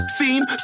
Scene